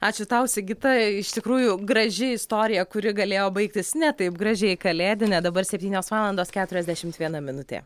ačiū tau sigita iš tikrųjų graži istorija kuri galėjo baigtis ne taip gražiai kalėdinė dabar septynios valandos keturiasdešimt viena minutė